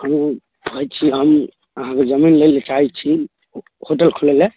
हुँ हुँ कहै छी हम अहाँके जमीन लैलए चाहै छी होटल खोलैलए